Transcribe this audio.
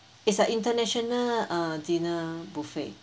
is an international uh dinner buffet